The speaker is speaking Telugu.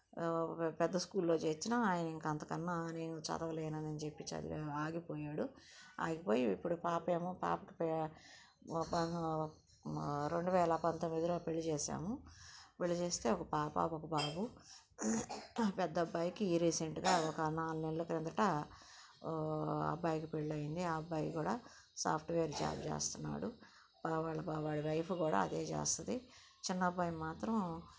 పెద్ద స్కూల్లో చేర్చిన ఆయన ఇంకా నేను చదవలేనని చెప్పి చదువు ఆగిపోయాడు ఆగిపోయి ఇప్పుడు పాప ఏమో పాపకి ఒక రెండు వేల పంతొమ్మిదిలో పెళ్లి చేసాము పెళ్లి చేస్తే ఒక పాప ఒక బాబు పెద్ద అబ్బాయికి రీసెంట్గా ఒక నాలుగు నెలల క్రిందట అబ్బాయికి పెళ్లయింది ఆ అబ్బాయి కూడా సాఫ్ట్వేర్ జాబ్ చేస్తున్నాడు వాళ్ళకు వాళ్ళ వైఫ్ కూడా అదే చేస్తుంది చిన్న అబ్బాయి మాత్రం